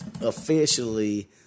officially